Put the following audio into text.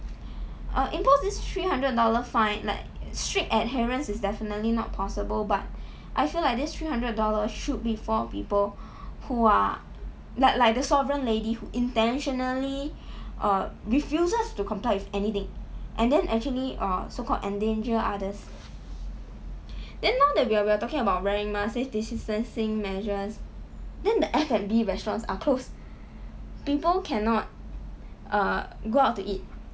err impose this three hundred dollar fine like strict adherence is definitely not possible but I feel like this three hundred dollar should be for people who are like like the sovereign lady who intentionally err refuses to comply with anything and then actually uh so-called endanger others then now that we are we are talking about wearing masks safe distancing measures then the F&B restaurants are closed people cannot err go out to eat